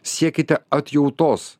siekite atjautos